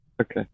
Okay